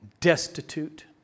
destitute